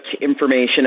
information